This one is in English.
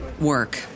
work